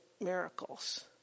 miracles